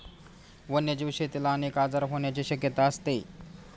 वन्यजीव शेतीला अनेक आजार होण्याची शक्यता असते